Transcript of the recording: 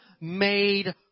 made